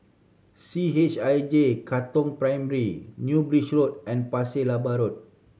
C H I J Katong Primary New Bridge Road and Pasir Laba Road